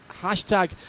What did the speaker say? Hashtag